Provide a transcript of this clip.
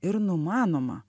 ir numanoma